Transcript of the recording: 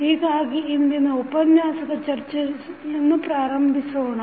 ಹೀಗಾಗಿ ಇಂದಿನ ಉಪನ್ಯಾಸದ ಚರ್ಚೆಯನ್ನು ಪ್ರಾರಂಭಿಸೋಣ